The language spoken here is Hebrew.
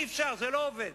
אי-אפשר, זה לא עובד.